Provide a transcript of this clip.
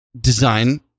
design